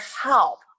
help